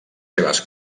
seves